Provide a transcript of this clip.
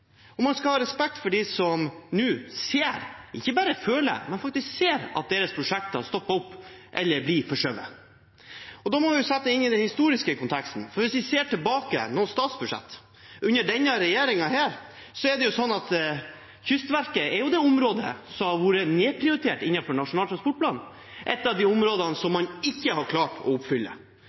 sikkert. Man skal ha respekt for dem som nå ser – ikke bare føler, men faktisk ser – at deres prosjekter stopper opp eller blir forskjøvet. Da må vi sette det inn i den historiske konteksten. Hvis vi ser noen statsbudsjetter tilbake under denne regjeringen, er Kystverket det området som har vært nedprioritert innenfor Nasjonal transportplan, et av de områdene man ikke har klart å oppfylle.